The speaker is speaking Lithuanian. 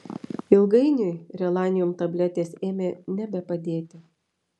ilgainiui relanium tabletės ėmė nebepadėti